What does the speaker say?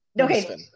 okay